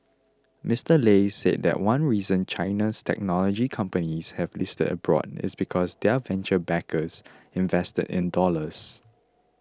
Mister Lei said that one reason China's technology companies have listed abroad is because their venture backers invested in dollars